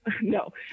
No